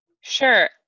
Sure